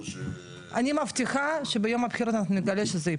אני מבטיחה שביום הבחירות אנחנו נגלה שזה ייפול.